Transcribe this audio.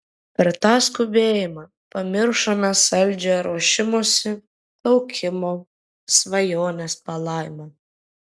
per tą skubėjimą pamiršome saldžią ruošimosi laukimo svajonės palaimą